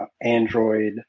Android